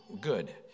good